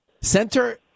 center